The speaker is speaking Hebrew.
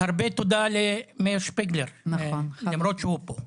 והרבה תודה למאיר שפיגלר, למרות שהוא פה.